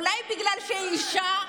אולי בגלל שהיא אישה?